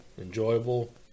enjoyable